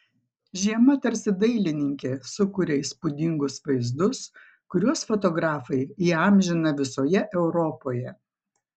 žiema tarsi dailininke sukuria įspūdingus vaizdus kuriuos fotografai įamžina visoje europoje